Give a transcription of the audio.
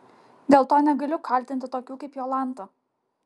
dėl to negaliu kaltinti tokių kaip jolanta